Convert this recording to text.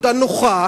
עבודה נוחה,